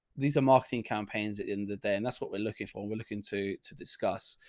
these are marketing campaigns in the day, and that's what we're looking for. we're looking to, to discuss,